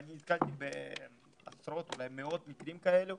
ואני נתקלתי בעשרות אולי מאות מקרים כאלה,